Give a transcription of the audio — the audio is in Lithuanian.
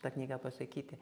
ta knyga pasakyti